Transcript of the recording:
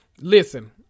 Listen